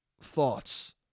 thoughts